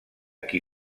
qui